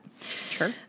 Sure